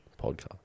podcast